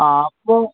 ആ അപ്പോള്